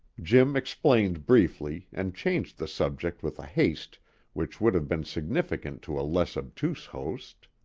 jim explained briefly, and changed the subject with a haste which would have been significant to a less obtuse host.